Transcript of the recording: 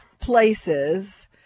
places